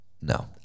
No